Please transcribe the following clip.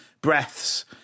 breaths